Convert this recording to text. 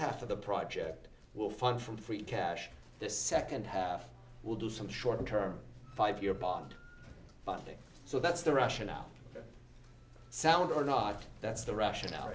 half of the project will fund from free cash the second half will do some short term five year bond funding so that's the rationale sound or not that's the rationale